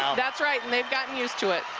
that's right, and they've gotten used to it.